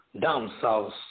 down-south